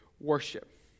worship